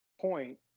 point